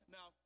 Now